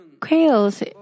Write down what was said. Quails